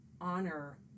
honor